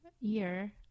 year